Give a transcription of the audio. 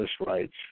rights